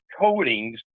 coatings